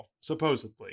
supposedly